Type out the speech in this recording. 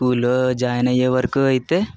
స్కూల్లో జాయిన్ అయ్యే వరకు అయితే